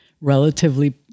relatively